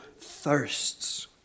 thirsts